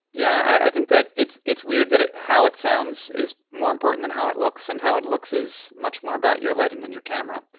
yeah. i think that it's it's weird that how it sounds is more important than how it looks, and how it looks is much more about your lighting than your camera.